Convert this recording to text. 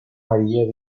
maría